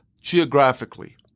geographically